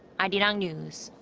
i mean news.